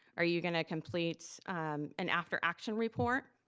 are you gonna complete an after-action report?